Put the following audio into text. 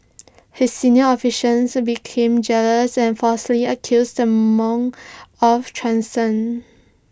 his senior officials became jealous and falsely accused the monks of treason